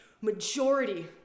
Majority